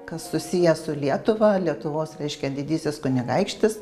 kas susiję su lietuva lietuvos reiškia didysis kunigaikštis